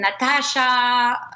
Natasha